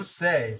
say